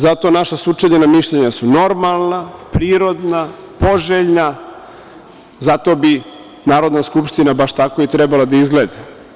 Zato su naša sučeljena mišljenja su normalna, prirodna, poželjna, zato bi Narodna skupština baš tako i trebala da izgleda.